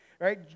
right